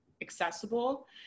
accessible